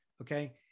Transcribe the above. Okay